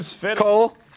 Cole